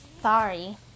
Sorry